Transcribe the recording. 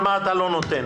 על מה אתה לא נותן.